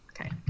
Okay